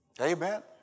Amen